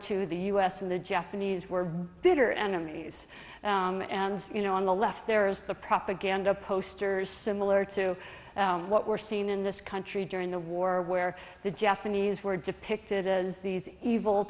two the u s and the japanese were bitter enemies and you know on the left there is the propaganda posters similar to what we're seeing in this country during the war where the japanese were depicted as these evil